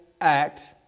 act